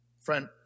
Friend